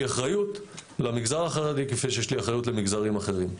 אחריות למגזר החרדי כפי שיש לי אחריות למגזרים אחרים.